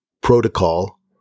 protocol